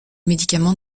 médicaments